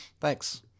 Thanks